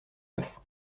neuf